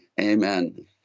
amen